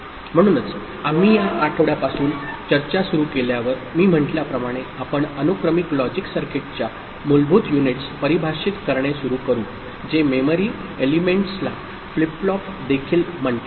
म्हणूनच आम्ही या आठवड्यापासून चर्चा सुरू केल्यावर मी म्हटल्याप्रमाणे आपण अनुक्रमिक लॉजिक सर्किटच्या मूलभूत युनिट्स परिभाषित करणे सुरू करू जे मेमरी एलिमेंट्सला फ्लिप फ्लॉप देखील म्हणतात